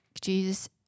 Jesus